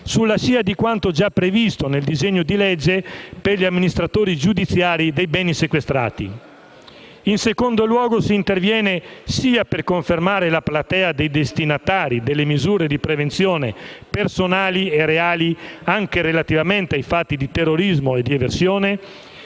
sulla scia di quanto già previsto nel disegno di legge per gli amministratori giudiziari dei beni sequestrati. In secondo luogo, si interviene sia per confermare la platea dei destinatari delle misure di prevenzione personali e reali, anche relativamente ai fatti di terrorismo e di eversione,